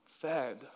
fed